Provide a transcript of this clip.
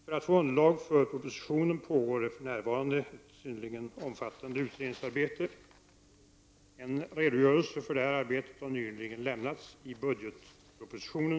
För att få underlag för propositionen pågår för närvarande ett synnerligen omfattande utredningsarbete. En redogörelse för detta arbete har nyligen lämnats i budgetpropositionen (prop. 1989/90:100 bil.